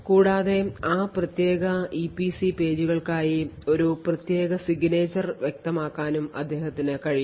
കൂടാതെ ആ പ്രത്യേക ഇപിസി പേജുകൾക്കായി ഒരു പ്രത്യേക signature വ്യക്തമാക്കാനും അദ്ദേഹത്തിന് കഴിയും